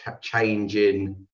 Changing